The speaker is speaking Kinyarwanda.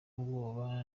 ubwoba